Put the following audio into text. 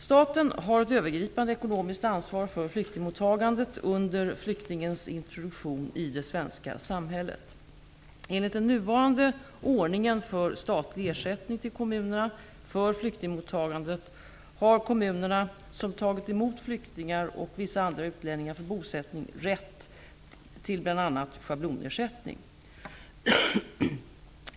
Staten har ett övergripande ekonomiskt ansvar för flyktingmottagandet under flyktingens introduktion i det svenska samhället. Enligt den nuvarande ordningen för statlig ersättning till kommunerna för flyktingmottagande har kommuner som tagit emot flyktingar och vissa andra utlänningar för bosättning rätt till bl.a. schablonersättning.